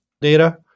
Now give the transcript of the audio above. data